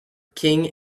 king